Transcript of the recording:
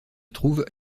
trouve